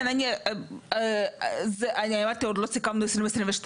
כן אני אמרתי עוד לא סיכמנו את 2022,